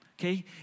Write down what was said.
okay